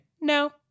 no